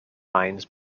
mines